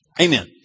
Amen